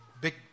big